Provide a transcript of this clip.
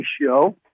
ratio